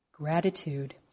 Gratitude